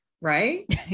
right